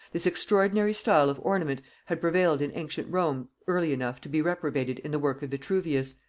this extraordinary style of ornament had prevailed in ancient rome early enough to be reprobated in the work of vitruvius,